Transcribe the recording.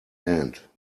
end